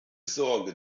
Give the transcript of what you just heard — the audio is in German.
sorge